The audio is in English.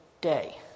day